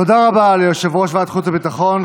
תודה רבה ליושב-ראש ועדת החוץ והביטחון.